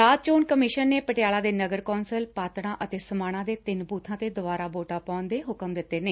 ਰਾਜ ਚੋਣ ਕਮਿਸ਼ਨ ਨੇ ਪਟਿਆਲਾ ਦੇ ਨਗਰ ਕੌਂਸਲ ਪਾਤਤਾਂ ਅਤੇ ਸਮਾਣਾ ਦੇ ਤਿੰਨ ਬੁਬਾਂ ਤੇ ਦੁਬਾਰਾ ਵੋਟਾਂ ਪੁਆਉਣ ਦੇ ਹੁਕਮ ਦਿੱਤੇ ਨੇ